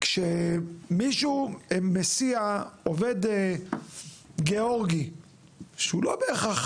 כשמישהו מסיע עובד גאורגי שהוא לא בהכריח